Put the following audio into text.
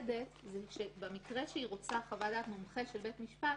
ברגע שהיא רוצה חוות דעת מומחה של בית משפט,